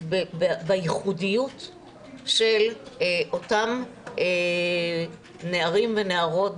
בייחודיות של אותם נערים ונערות,